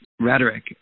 rhetoric